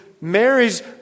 Mary's